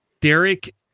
Derek